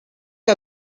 que